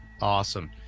Awesome